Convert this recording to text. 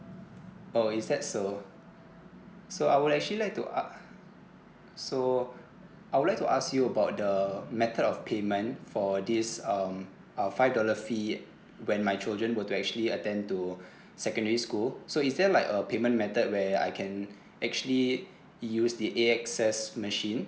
oh is that so so I would actually like to ask so I would like to ask you about the method of payment for this um uh five dollar fee when my children were to actually attend to secondary school so is there like a payment method where I can actually use the A_X_S machine